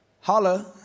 Holla